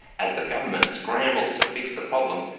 as the government scrambles to fix the problem,